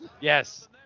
Yes